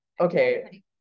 Okay